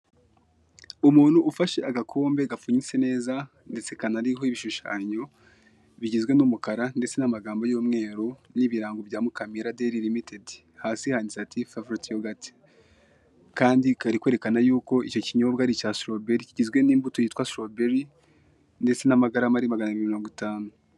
Umuntu ufashe agakombe gapfunyitse neza ndetse kanariho ibishushanye bigizwe n'umukara ndetse n'amagambo y'umweru ndetse n'ibirango bya mukamira dayari rimitedi, hasi handitse ati favorayiti yogati kandi kari kwerekana y'uko icyo kinyobwa ari icya siroberi kigizwe n'imbuto yitwa siroberi ndetse n'amagarama ni maganabiri mirongo itanu.